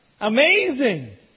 Amazing